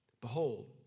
Behold